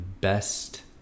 best